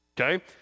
Okay